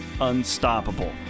unstoppable